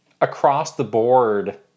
across-the-board